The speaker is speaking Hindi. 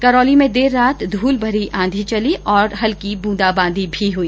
करौली में देर रात धूलभरी आंधी चली और हल्की बूंदा बांदी भी हुई